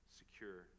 secure